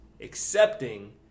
accepting